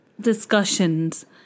discussions